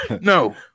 no